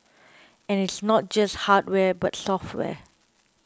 and it's not just hardware but software